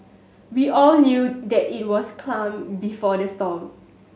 we all knew that it was calm before the storm